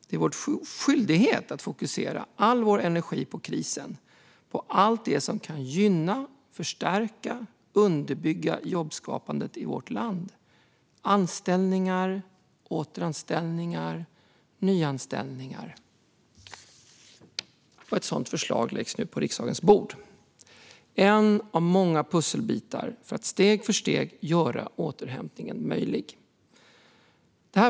Det är vår skyldighet att fokusera all vår energi på krisen och på allt det som kan gynna, förstärka och underbygga jobbskapandet i vårt land med anställningar, återanställningar och nyanställningar. Ett sådant förslag läggs nu på riksdagens bord. Det utgör en av många pusselbitar för att steg för steg göra återhämtningen möjlig.